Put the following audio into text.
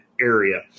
area